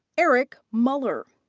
eric muller.